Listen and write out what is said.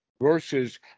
versus